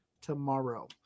tomorrow